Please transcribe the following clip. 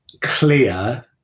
clear